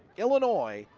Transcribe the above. illinois,